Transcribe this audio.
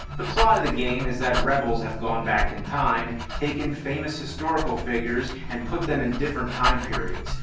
the plot of the game is that rebels have gone back in time, taken famous historical figures and put them in different time periods.